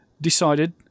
decided